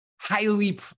Highly